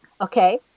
okay